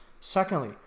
Secondly